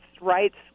rights